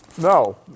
no